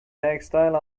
textile